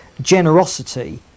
generosity